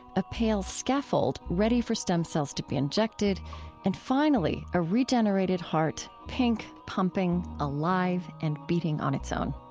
a pale scaffold ready for stem cells to be injected and finally, a regenerated heart, pink, pumping, alive, and beating on its own.